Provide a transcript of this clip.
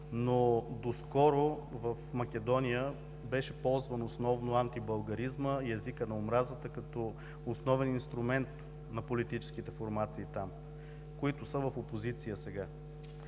но доскоро в Македония беше ползван основно антибългаризма и езикът на омразата като основен инструмент на политическите формации там, които са в опозиция сега.